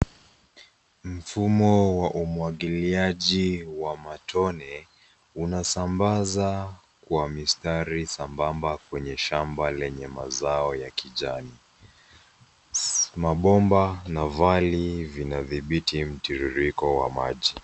Mfumo wa umwagiliaji wa matone unasambaza kwa mistari sambamba kwenye shamba lenye mazao ya kijani, mabomba na vali vinavibiti mtiririko wa maji.